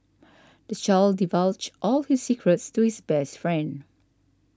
this child divulged all his secrets to his best friend